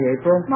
April